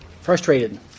Frustrated